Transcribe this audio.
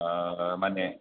माने